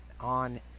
on